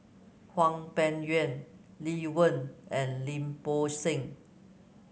Hwang Peng Yuan Lee Wen and Lim Bo Seng